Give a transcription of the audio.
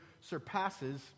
surpasses